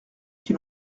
qui